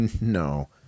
no